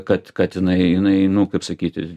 kad kad jinai jinai nu kaip sakyti